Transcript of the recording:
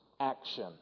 action